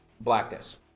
blackness